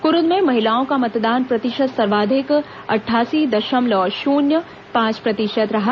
कुरूद में महिलाओं का मतदान प्रतिशत सर्वाधिक अठासी दशमलव शून्य पांच प्रतिशत रहा